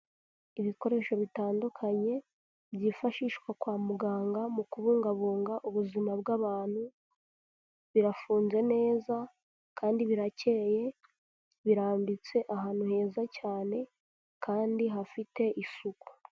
Ibikoresho bitandukanye byifashishwa kwa muganga mu kubungabunga ubuzima bw'abantu, birafunze neza, kandi birakeye, birambitse ahantu heza cyane, kandi hafite isuku.